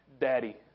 daddy